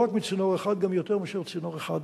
לא רק מצינור אחד אלא גם מיותר מאשר צינור אחד.